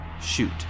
shoot